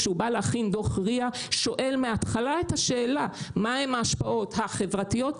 כשהוא בא להכין דו"ח RIA שואל מההתחלה את השאלה מהן ההשפעות החברתיות,